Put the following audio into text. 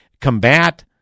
combat